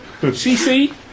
CC